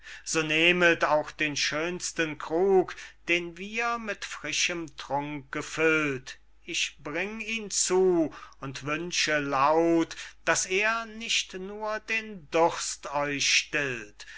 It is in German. so nehmet auch den schönsten krug den wir mit frischem trunk gefüllt ich bring ihn zu und wünsche laut daß er nicht nur den durst euch stillt